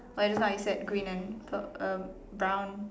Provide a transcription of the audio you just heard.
like just now you said green and pur~ um brown